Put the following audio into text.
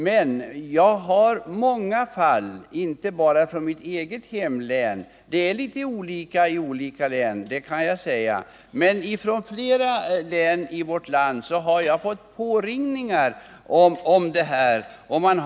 Men jag har inte bara från mitt eget län utan från flera län i vårt land — trots att jag kan erkänna att förhållandena är olika i olika län — fått påringningar i denna fråga.